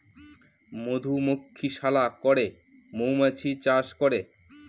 মধুমক্ষিশালা করে মৌমাছি চাষ করে